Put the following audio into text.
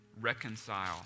reconcile